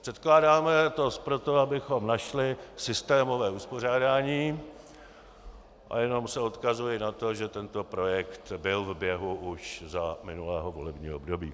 Předkládáme to proto, abychom našli systémové uspořádání, a jenom se odkazuji na to, že tento projekt byl v běhu už za minulého volebního období.